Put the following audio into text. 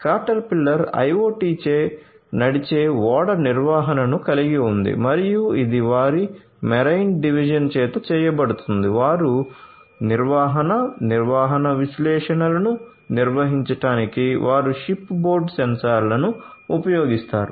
caterpillar IoT చే నడిచే ఓడ నిర్వహణను కలిగి ఉంది మరియు ఇది వారి మెరైన్ డివిజన్ చేత చేయబడుతుంది వారు నిర్వహణ నిర్వహణ విశ్లేషణలను నిర్వహించడానికి వారు షిప్ బోర్డు సెన్సార్లను ఉపయోగిస్తారు